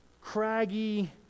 craggy